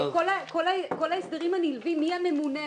כל ההסברים הנלווים מי הממונה,